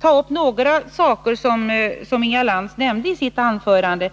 ta upp några saker som Inga Lantz sade i sitt anförande.